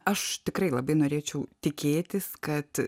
aš tikrai labai norėčiau tikėtis kad